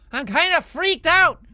i'm kinda freaked out